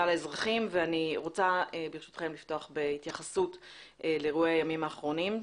לאזרחים ואני רוצה ברשותכם לפתוח בהתייחסות לאירועי הימים האחרונים.